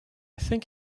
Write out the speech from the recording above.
think